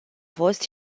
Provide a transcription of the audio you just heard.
fost